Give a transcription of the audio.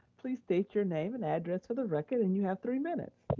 please state your name and address for the record and you have three minutes.